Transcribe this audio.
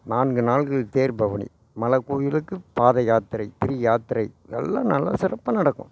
நான்கு நாட்களுக்கு தேர்பவனி மலைக்கோயிலுக்கு பாதயாத்திரை திரு யாத்திரை எல்லாம் நல்லா சிறப்பாக நடக்கும்